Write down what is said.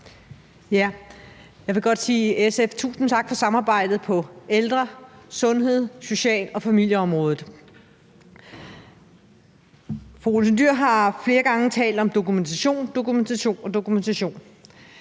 tak til SF for samarbejdet på ældre-, sundheds-, social- og familieområdet. Fru Pia Olsen Dyhr har flere gange talt om dokumentation, dokumentation og dokumentation.